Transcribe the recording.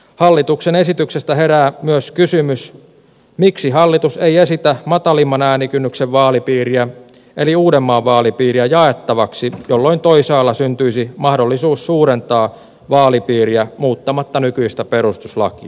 hallituksen esityksestä herää myös kysymys miksi hallitus ei esitä matalimman äänikynnyksen vaalipiiriä eli uudenmaan vaalipiiriä jaettavaksi jolloin toisaalla syntyisi mahdollisuus suurentaa vaalipiiriä muuttamatta nykyistä perustuslakia